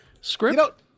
Script